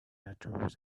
nature